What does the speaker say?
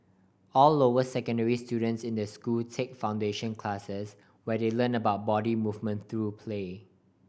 all lower secondary students in the school take foundation classes where they learn about body movement through play